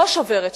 לא שוברת שתיקה.